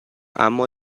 اما